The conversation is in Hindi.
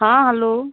हाँ हलो